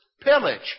pillage